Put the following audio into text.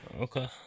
Okay